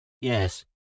Yes